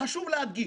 חשוב להדגיש: